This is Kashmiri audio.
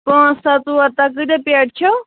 پانٛژھ تَہہ ژور تَہہ کۭتیٛاہ پیٹہِ چھِو